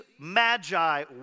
magi